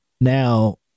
now